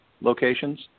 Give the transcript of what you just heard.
locations